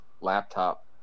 laptop